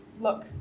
look